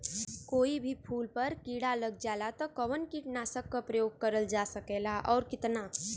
कोई भी फूल पर कीड़ा लग जाला त कवन कीटनाशक क प्रयोग करल जा सकेला और कितना?